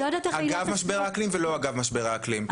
אגב משבר האקלים ולא אגב משבר האקלים,